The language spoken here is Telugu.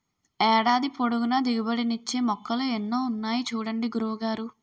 ఏడాది పొడుగునా దిగుబడి నిచ్చే మొక్కలు ఎన్నో ఉన్నాయి చూడండి గురువు గారు